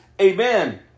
Amen